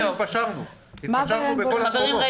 אז התפשרנו בכל המקומות --- חברים,